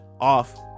off